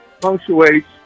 punctuates